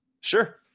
sure